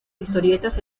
historietas